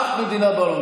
אף מדינה בעולם,